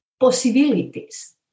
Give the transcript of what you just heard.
possibilities